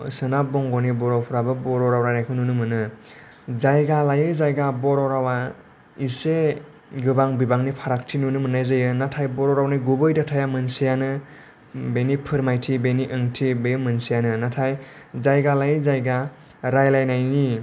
सोनाब बंग'नि बर'फ्राबो बर' राव रायनायखौ नुनो मोनो जायगा लायै जायगा बर' रावआ इसे गोबां बिबांनि फारागथि नुनो मोननाय जायो नाथाय बर' रावनि गुबै दाथाया मोनसेआनो बेनि फोरमायथि बेनि ओंथिआ बे मोनसेआनो नाथाय जायगा लायै जायगा रायलायनायनि